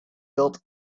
built